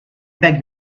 beg